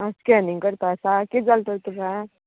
आं स्कॅनींग करपा आसा कितें जाल तर तुका